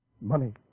Money